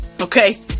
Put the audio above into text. Okay